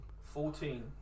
Fourteen